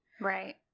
Right